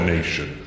Nation